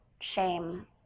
shame